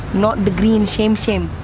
not the green sham sham.